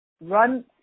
Run